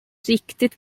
riktigt